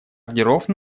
ордеров